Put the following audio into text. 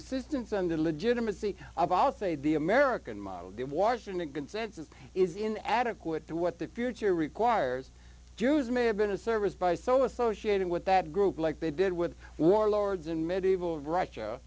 assistance and the legitimacy of all say the american model the washington consensus is in adequate to what the future requires jews may have been a service by so associated with that group like they did with warlords in medieval russia